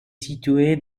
situé